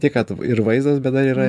tik kad ir vaizdas bet dar yra